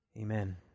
Amen